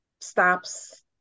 stops